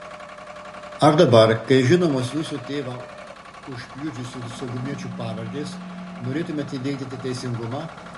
ar dabar kai žinomos jūsų tėvą užpjudžiusių saugumiečių pavardės norėtumėte įvykdyti teisingumą